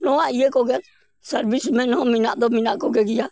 ᱱᱚᱣᱟ ᱤᱭᱟᱹᱠᱚᱜᱮ ᱥᱟᱨᱵᱷᱤᱥ ᱢᱮᱱ ᱦᱚᱸ ᱢᱮᱱᱟᱜ ᱫᱚ ᱢᱮᱱᱟᱜ ᱠᱚ ᱜᱮᱭᱟ